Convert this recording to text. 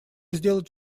сделать